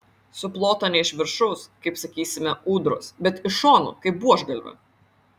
suplota ne iš viršaus kaip sakysime ūdros bet iš šonų kaip buožgalvio